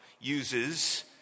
uses